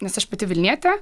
nes aš pati vilnietė